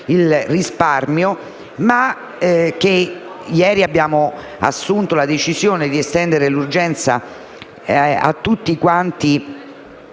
il risparmio. Ieri abbiamo assunto la decisione di estendere l'urgenza a tutti i